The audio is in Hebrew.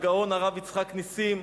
הגאון הרב יצחק נסים,